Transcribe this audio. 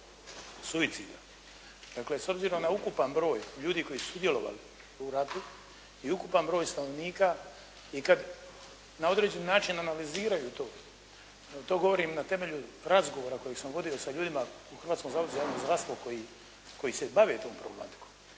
suicida, dakle s obzirom na ukupan broj ljudi koji su sudjelovali u ratu i ukupan broj stanovnika i kad na određeni način analiziraju to, to govorim na temelju razgovora kojeg samo vodio sa ljudima u Hrvatskom zavodu za javno zdravstvo koji se bave tom problematikom,